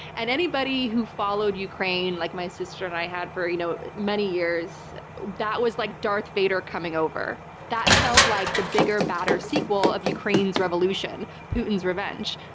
and anybody who followed ukraine, like my sister and i had for you know many years that was like darth vader coming over. that felt like the bigger, badder sequel of ukraine's revolution putin's revenge.